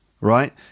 right